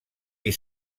qui